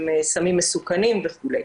אלה סמים מסוכנים וכו'.